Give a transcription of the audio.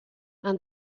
and